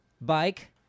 bike